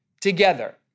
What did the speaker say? together